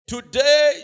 Today